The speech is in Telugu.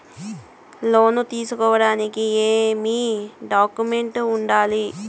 లోను తీసుకోడానికి ఏమేమి డాక్యుమెంట్లు ఉండాలి